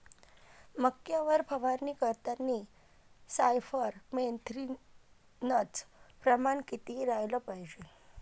मक्यावर फवारनी करतांनी सायफर मेथ्रीनचं प्रमान किती रायलं पायजे?